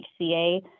HCA